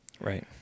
Right